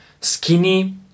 skinny